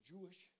Jewish